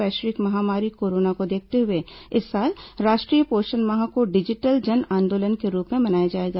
वैश्विक महामारी कोरोना को देखते हुए इस साल राष्ट्रीय पोषण माह को डिजिटल जनआंदोलन के रूप में मनाया जाएगा